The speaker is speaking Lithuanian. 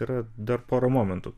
yra dar pora momentų